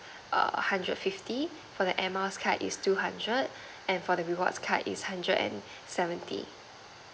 err hundred fifty for the air miles card is two hundred and for the rewards card is hundred and seventy